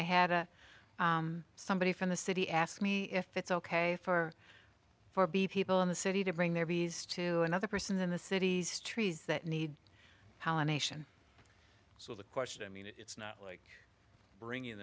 i had a somebody from the city ask me if it's ok for people in the city to bring their babies to another person in the city's trees that need pollination so the question i mean it's not like bringing